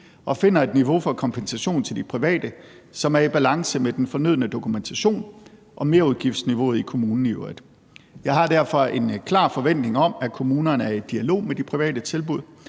og finder et niveau for kompensation til de private, som er i balance med den fornødne dokumentation og merudgiftsniveauet i kommunen i øvrigt. Jeg har derfor en klar forventning om, at kommunerne er i dialog med de private tilbud,